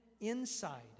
inside